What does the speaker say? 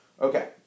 Okay